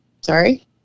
Sorry